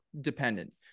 dependent